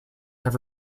have